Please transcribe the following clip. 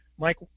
Mike